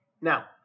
Now